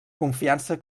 confiança